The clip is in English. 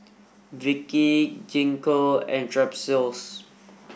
Vichy Gingko and Strepsils